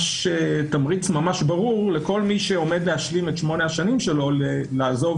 תמריץ ממש ברור לכל מי שעומד להשלים את 8 השנים שלו לעזוב